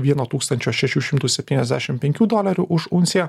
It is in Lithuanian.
vieno tūkstančio šešių šimtų septyniasdešim penkių dolerių už unciją